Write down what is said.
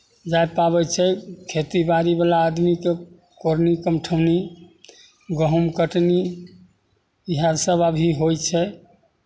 जाय पाबै छै खेतीबाड़ीवला आदमीकेँ कोरनी कमठौनी गहूँम कटनी इएहसभ अभी होइ छै